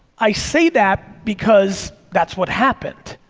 i say that because that's what happened,